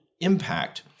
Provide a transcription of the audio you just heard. impact